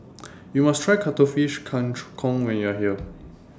YOU must Try Cuttlefish Kang Kong when YOU Are here